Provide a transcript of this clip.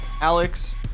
alex